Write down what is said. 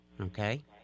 okay